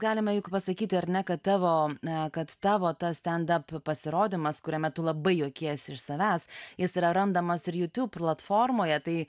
galime juk pasakyti ar ne kad tavo kad tavo tas stendap pasirodymas kuriame tu labai juokiesi iš savęs jis yra randamas ir jutub platformoje tai